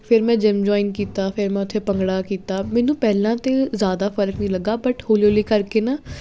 ਫਿਰ ਮੈਂ gym join ਕੀਤਾ ਫਿਰ ਮੈਂ ਉੱਥੇ ਭੰਗੜਾ ਕੀਤਾ ਮੈਨੂੰ ਪਹਿਲਾਂ ਤਾਂ ਜ਼ਿਆਦਾ ਫਰਕ ਵੀ ਲੱਗਾ ਬਟ ਹੌਲੀ ਹੌਲੀ ਕਰਕੇ ਨਾ